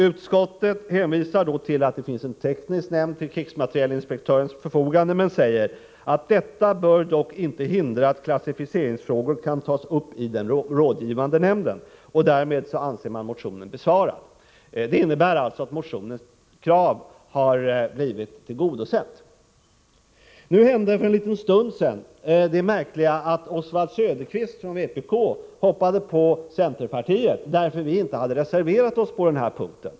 Utskottet hänvisar till att det finns en teknisk nämnd till krigsmaterielinspektörens förfogande, men säger sedan: ”Detta bör dock inte hindra att klassificeringsfrågor kan tas upp i den rådgivande nämnden.” Därmed anser utskottet motionen besvarad. Motionens krav har alltså blivit tillgodosett. 87 För en liten stund sedan hände det märkliga att Oswald Söderqvist från vpk hoppade på centerpartiet därför att vi inte har reserverat oss på denna punkt.